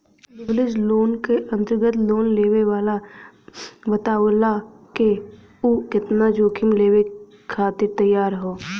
leverage loan क अंतर्गत loan लेवे वाला बतावला क उ केतना जोखिम लेवे खातिर तैयार हौ